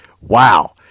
wow